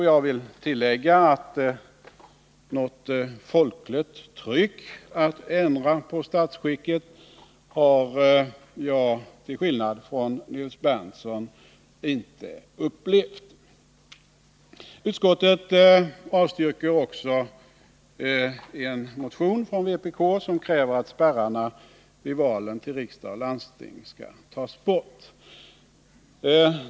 Jag vill tillägga att något folkligt tryck att ändra på statsskicket har jag, till skillnad från Nils Berndtson, inte upplevt. Utskottet avstyrker också en motion från vpk som kräver att spärrarna vid valen till riksdag och landsting skall tas bort.